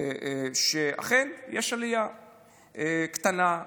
אכן יש עלייה קטנה,